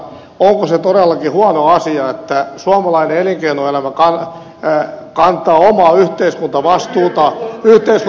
onko se todellakin huono asia että suomalainen elinkeinoelämä kantaa omaa yhteiskuntavastuutaan laittamalla rahaa suomalaiseen koulutukseen